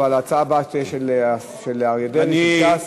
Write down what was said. אבל ההצעה הבאה תהיה של אריה דרעי מש"ס,